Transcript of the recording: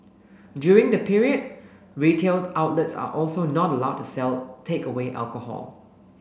during the period retail outlets are also not allowed to sell takeaway alcohol